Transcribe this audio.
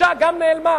הבושה גם נעלמה.